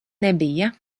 nebija